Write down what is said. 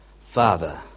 Father